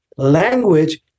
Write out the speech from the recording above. language